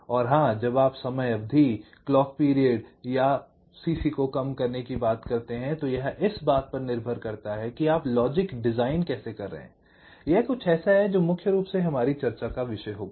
और हां जब आप समय अवधि क्लॉक पीरियड या CC को कम करने की बात करते हैं तो यह इस बात पर निर्भर करता है कि आप लॉजिक डिजाइन कैसे कर रहे हैं यह कुछ ऐसा है जो मुख्य रूप से हमारी चर्चा का विषय होगा